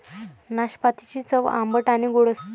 नाशपातीची चव आंबट आणि गोड असते